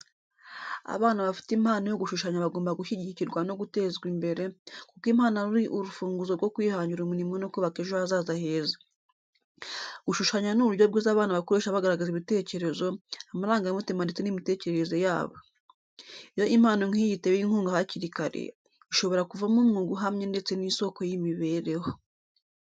Abana bafite impano yo gushushanya bagomba gushyigikirwa no gutezwa imbere, kuko impano ari urufunguzo rwo kwihangira umurimo no kubaka ejo hazaza heza. Gushushanya ni uburyo bwiza abana bakoresha bagaragaza ibitekerezo, amarangamutima ndetse n’imitekerereze yabo. Iyo impano nk’iyi itewe inkunga hakiri kare, ishobora kuvamo umwuga uhamye ndetse n’isoko y’imibereho.